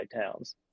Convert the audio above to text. towns